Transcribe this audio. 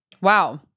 Wow